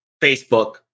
Facebook